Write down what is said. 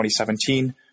2017